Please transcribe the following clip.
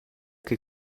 che